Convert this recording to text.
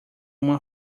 uma